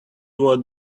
what